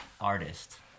artist